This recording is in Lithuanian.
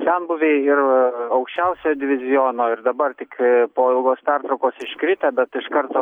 senbuviai ir aukščiausio diviziono ir dabar tik po ilgos pertraukos iškritę bet iš karto